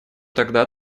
тогда